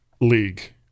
league